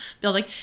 building